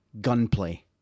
gunplay